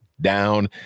down